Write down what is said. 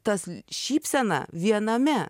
tas šypsena viename